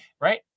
Right